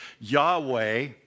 Yahweh